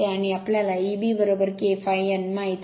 आणि आम्हाला Eb K ∅ n माहित आहे